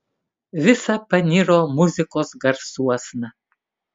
visa paniro muzikos garsuosna